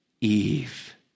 Eve